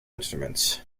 instruments